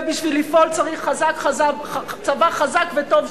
ובשביל לפעול צריך צבא חזק וטוב,